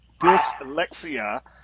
Dyslexia